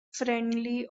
friendly